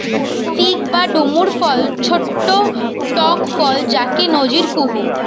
fig বা ডুমুর ফল ছট্ট টক ফল যাকে নজির কুহু